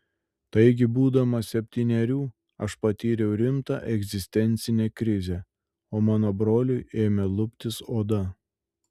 taigi būdamas septynerių aš patyriau rimtą egzistencinę krizę o mano broliui ėmė luptis oda